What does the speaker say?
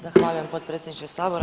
Zahvaljujem potpredsjedniče sabora.